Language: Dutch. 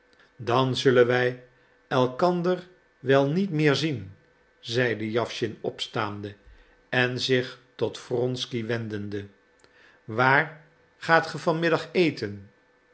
dan zullen wij elkander wel niet meer zien zeide jawschin opstaande en zich tot wronsky wendende waar gaat ge van middag eten